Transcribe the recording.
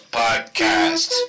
podcast